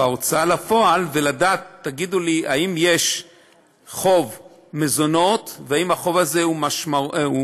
בהוצאה לפועל ולדעת תגידו לי אם יש חוב מזונות ואם החוב הזה משמעותי,